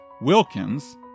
Wilkins